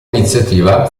iniziativa